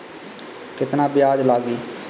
केतना ब्याज लागी?